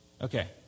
Okay